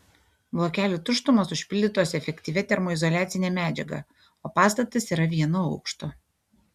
blokelių tuštumos užpildytos efektyvia termoizoliacine medžiaga o pastatas yra vieno aukšto